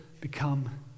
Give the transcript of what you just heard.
become